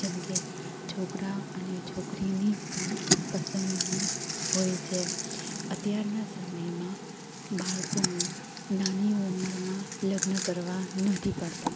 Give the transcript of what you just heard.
જેમકે છોકરા અને છોકરીની પણ પસંદગી હોય છે અત્યારના સમયમાં બાળકોને નાની ઉમરમાં લગ્ન કરવા નથી પળતા